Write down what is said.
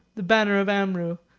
the banner of amrou,